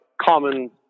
common